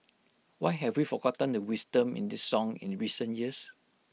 why have we forgotten the wisdom in this song in the recent years